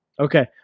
Okay